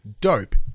dope